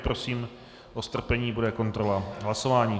Prosím o strpení, bude kontrola hlasování...